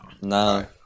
No